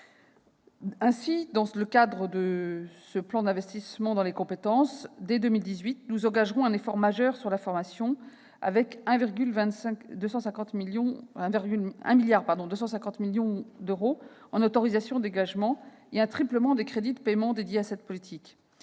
Ainsi, dans le cadre de ce plan d'investissement, dès 2018, nous engagerons un effort majeur dans la formation, avec 1,25 milliard d'euros en autorisations d'engagement et un triplement des crédits de paiement dédiés à cette politique.